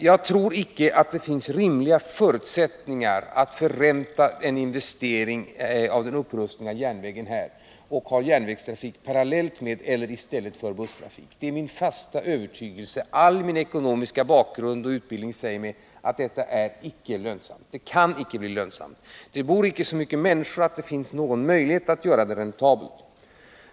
Jag tror icke att det finns rimliga förutsättningar att förränta en investering för en upprustning av järnvägen här och ha järnvägstrafik parallellt med eller i stället för busstrafik. Det är min fasta övertygelse. Hela min ekonomiska bakgrund och utbildning säger mig att detta icke är och icke kan bli lönsamt. Det bor inte så mycket människor här att det finns någon möjlighet att göra investeringen räntabel.